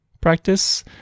practice